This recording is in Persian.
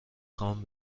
خوام